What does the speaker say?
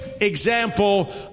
example